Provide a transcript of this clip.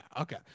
Okay